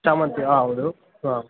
ಸೇವಂತಿಗೆ ಹಾಂ ಹೌದು ಹಾಂ